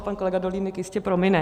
Pan kolega Dolínek jistě promine.